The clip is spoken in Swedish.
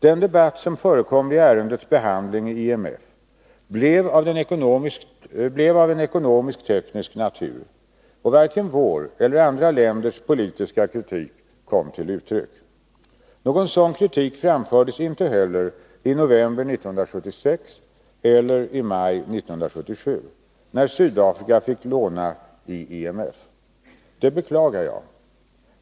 Den debatt som förekom vid ärendets behandling i IMF blev av ekonomisk-teknisk natur, och varken vår eller andra länders politiska kritik kom till uttryck. Någon sådan kritik framfördes inte heller i november 1976 eller i maj 1977, när Sydafrika fick låna i IMF. Det beklagar jag.